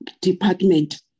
department